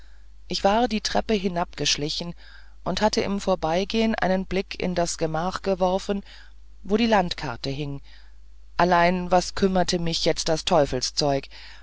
ich war die treppe hinabgeschlichen und hatte im vorbeigehn einen blick in das gemach geworfen wo die landkarte hing allein was kümmerte mich jetzt das